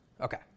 Okay